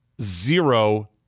zero